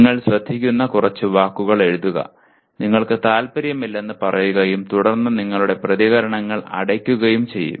നിങ്ങൾ ശ്രദ്ധിക്കുന്ന കുറച്ച് വാക്കുകൾ എഴുതുക നിങ്ങൾക്ക് താൽപ്പര്യമില്ലെന്ന് പറയുകയും തുടർന്ന് നിങ്ങളുടെ പ്രതികരണങ്ങൾ അടയ്ക്കുകയും ചെയ്യും